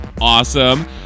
Awesome